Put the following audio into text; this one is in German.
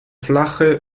flache